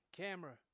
camera